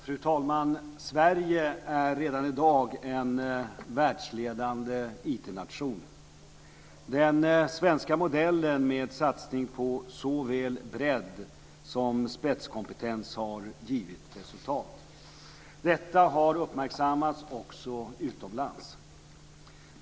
Fru talman! Sverige är redan i dag en världsledande IT-nation. Den svenska modellen med satsning på såväl bredd som spetskompetens har gett resultat. Detta har uppmärksammats också utomlands.